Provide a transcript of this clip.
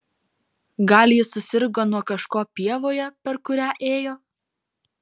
gal ji susirgo nuo kažko pievoje per kurią ėjo